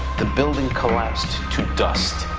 the building collapsed to dust.